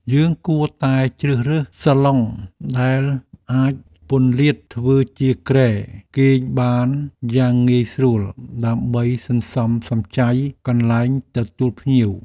យើងគួរតែជ្រើសរើសសាឡុងដែលអាចពន្លាតធ្វើជាគ្រែគេងបានយ៉ាងងាយស្រួលដើម្បីសន្សំសំចៃកន្លែងទទួលភ្ញៀវ។